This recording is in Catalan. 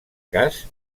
cas